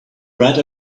red